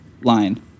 line